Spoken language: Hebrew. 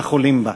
לחולים בה.